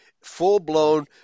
full-blown